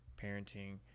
parenting